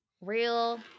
real